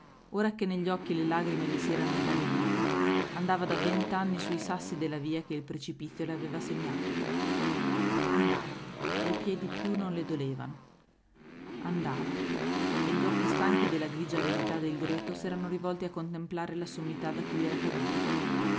ora che negli occhi le lagrime le si erano inaridite andava da venti anni sui sassi della via che il precipizio le aveva segnata andava e i piedi più non le dolevano andava e gli occhi stanchi della grigia aridità del greto s'erano rivolti a contemplare la sommità da cui era caduta